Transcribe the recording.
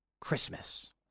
Christmas